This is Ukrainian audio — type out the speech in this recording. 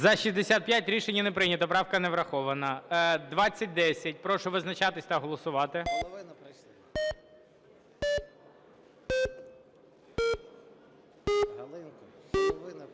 За-65 Рішення не прийнято. Правка не врахована. 2010. Прошу визначатись та голосувати.